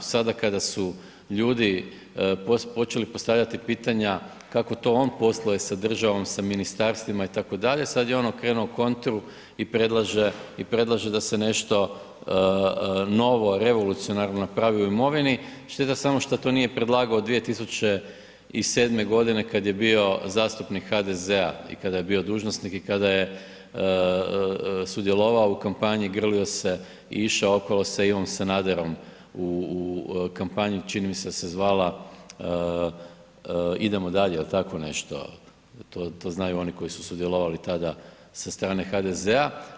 Sada kada su ljudi počeli postavljati pitanja kako to on posluje sa državom, sa ministarstvima itd., sad je on okrenuo kontru i predlaže i predlaže da se nešto novo revolucionarno napravi u imovini, šteta samo šta to nije predlagao 2007.g. kad je bio zastupnik HDZ-a i kada je bio dužnosnik i kada je sudjelovao u kampanji, grlio se i išao okolo sa Ivom Sanaderom u kampanju, čini mi se da se zvala Idemo dalje ili tako nešto, to znaju oni koji su sudjelovali tada sa strane HDZ-a.